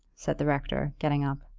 said the rector, getting up.